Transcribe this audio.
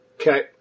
Okay